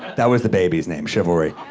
that was the baby's name, chivalry.